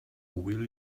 will